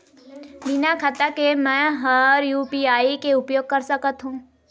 बिना खाता के म हर यू.पी.आई के उपयोग कर सकत हो?